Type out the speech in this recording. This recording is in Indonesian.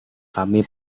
kami